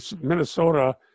Minnesota